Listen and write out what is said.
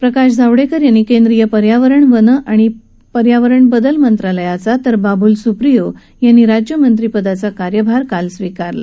प्रकाश जावडक्कर यांनी केंद्रीय पर्यावरण वन आणि पर्यावरण बदल मंत्रालयाचा तर बाबूल स्प्रियो यांनी राज्यमंत्री पदाचा पदभार काल स्विकारला